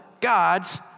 God's